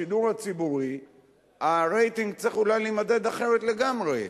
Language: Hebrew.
בשידור הציבורי הרייטינג צריך אולי להימדד אחרת לגמרי,